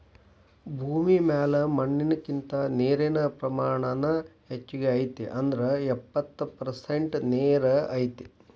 ಭೂಮಿ ಮ್ಯಾಲ ಮಣ್ಣಿನಕಿಂತ ನೇರಿನ ಪ್ರಮಾಣಾನ ಹೆಚಗಿ ಐತಿ ಅಂದ್ರ ಎಪ್ಪತ್ತ ಪರಸೆಂಟ ನೇರ ಐತಿ